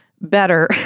better